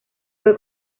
fue